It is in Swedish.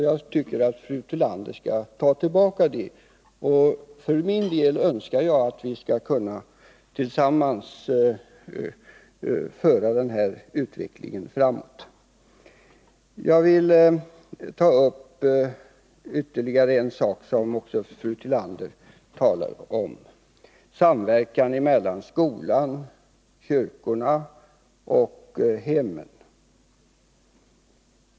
Jag tycker att fru Tillander skall ta tillbaka detta. För min del önskar jag att vi tillsammans skall kunna föra denna utveckling framåt. Jag vill ta upp ytterligare en sak som också fru Tillander berörde: samverkan mellan skolan, kyrkorna och hemmen.